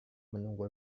menunggu